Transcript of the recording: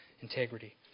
integrity